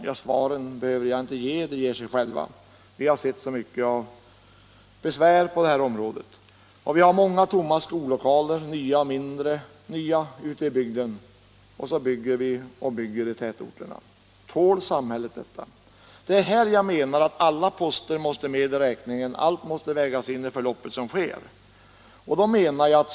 Jag behöver inte ge svaren på dessa frågor — de ger sig själva. Vi har sett mycket av problem på det här området. Vi har många tomma skollokaler ute i bygden och måste bygga nya i tätorten. Tål samhället detta? Det är på detta sätt jag menar att alla poster måste med i beräkningen och att allt måste vägas in i det förlopp som sker.